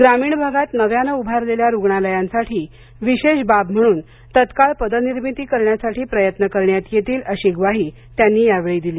ग्रामीण भागात नव्यानं उभारलेल्या रुग्णालयांसाठी विशेष बाब म्हणून तात्काळ पदनिर्मिती करण्यासाठी प्रयत्न करण्यात येतील अशी ग्वाही त्यांनी यावेळी दिली